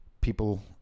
People